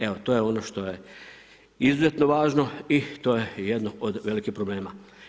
Evo to je ono što je izuzetno važno i to je jedno od velikih problema.